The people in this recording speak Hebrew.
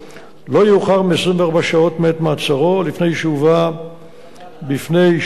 "לא יאוחר מ-24 שעות מעת מעצרו לפני שהובא בפני שופט,